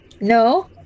No